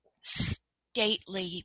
stately